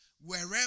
Wherever